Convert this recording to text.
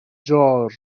jar